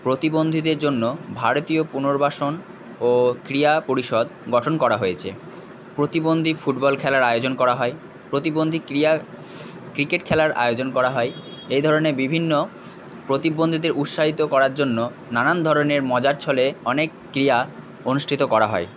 প্রতিবন্ধীদের জন্য ভারতীয় পুনর্বাসন ও ক্রিয়া পরিষদ গঠন করা হয়েছে প্রতিবন্ধী ফুটবল খেলার আয়োজন করা হয় প্রতিবন্ধী ক্রিয়া ক্রিকেট খেলার আয়োজন করা হয় এই ধরণের বিভিন্ন প্রতিবন্ধীদের উৎসাহিত করার জন্য নানান ধরণের মজার ছলে অনেক ক্রিয়া অনুষ্ঠিত করা হয়